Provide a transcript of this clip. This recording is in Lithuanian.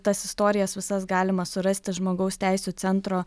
tas istorijas visas galima surasti žmogaus teisių centro